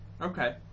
Okay